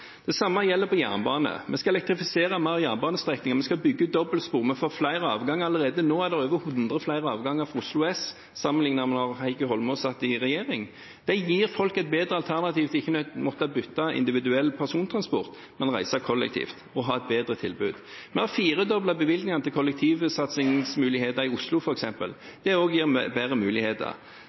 Det samme gjelder for jernbane. Vi skal elektrifisere flere jernbanestrekninger, vi skal bygge ut dobbeltspor, vi får flere avganger. Allerede nå er det over hundre flere avganger fra Oslo S sammenlignet med da Heikki Eidsvoll Holmås satt i regjering. Det gir folk et bedre alternativ til ikke å måtte benytte individuell persontransport, men reise kollektivt – og et bedre tilbud. Vi har firedoblet bevilgningene til kollektivsatsingsmuligheter i Oslo, f.eks. Det gir også bedre muligheter.